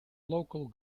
local